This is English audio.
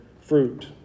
fruit